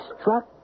struck